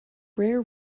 rare